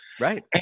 right